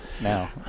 now